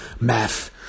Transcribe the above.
math